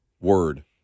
word